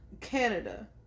Canada